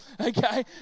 okay